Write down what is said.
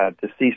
deceased